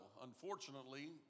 Unfortunately